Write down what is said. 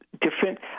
different